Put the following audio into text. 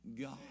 God